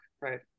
right